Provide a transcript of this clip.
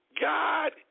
God